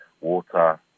water